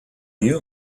you